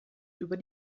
über